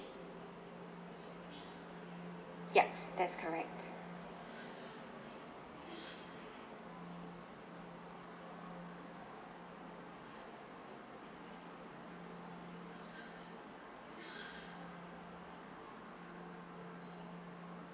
yup that's correct